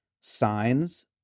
signs